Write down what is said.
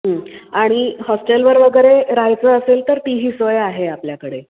आणि हॉस्टेलवर वगैरे राहायचं असेल तर ती ही सोय आहे आपल्याकडे